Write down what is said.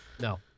No